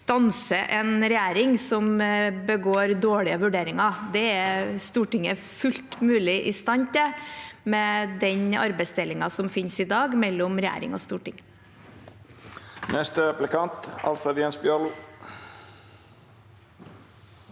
stanse en regjering som foretar dårlige vurderinger. Det er Stortinget fullt mulig i stand til med den arbeidsdelingen som finnes mellom regjering og storting i dag. Alfred Jens Bjørlo